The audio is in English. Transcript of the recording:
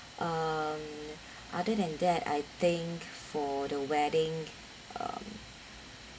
um other than that I think for the wedding um